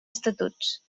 estatuts